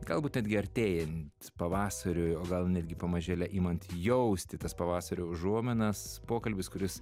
galbūt netgi artėjant pavasariui o gal netgi pamažėle imant jausti tas pavasario užuominas pokalbis kuris